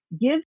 give